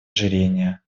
ожирения